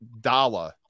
dollar